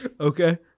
Okay